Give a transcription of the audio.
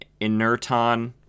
inerton